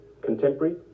contemporary